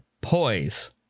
poise